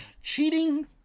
Cheating